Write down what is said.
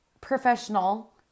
professional